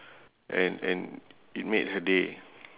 and and it made her day